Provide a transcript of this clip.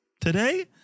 Today